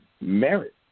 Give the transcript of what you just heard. merit